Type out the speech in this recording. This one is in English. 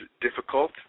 difficult